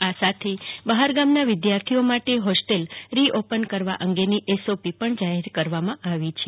આ સાથે બહારગામના વિદ્યાર્થીઓ માટે હોસ્ટેલ રી ઓપન કરવા અંગેની એસઓપી પણ જાહેર કરવામાં આવી છે